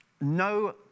no